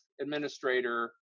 administrator